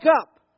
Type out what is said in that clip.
up